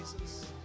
Jesus